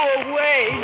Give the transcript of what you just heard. away